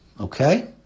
okay